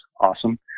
awesome